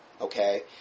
Okay